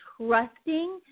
trusting